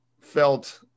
felt